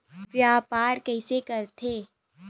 व्यापार कइसे करथे?